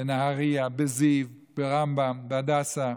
בנהריה, בזיו, ברמב"ם, בהדסה.